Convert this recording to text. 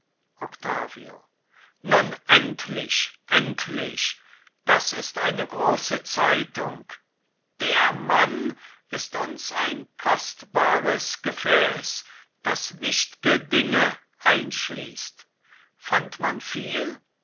nun endlich endlich das ist eine große zeitung der mann ist uns ein kostbares gefäß das wichtge dinge einschließt fand man viel